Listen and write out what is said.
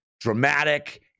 dramatic